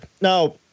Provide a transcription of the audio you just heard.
now